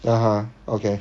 (uh huh) okay